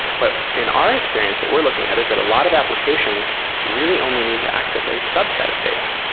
but in our experience, what we're looking at is that a lot of applications really only need to access a subset of data.